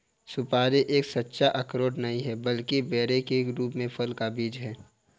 सुपारी एक सच्चा अखरोट नहीं है, बल्कि बेरी के रूप में फल का बीज है